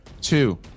Two